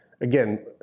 again